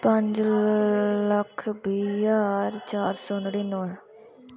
पंज लक्ख बी ज्हार चार सौ नड़िनवैं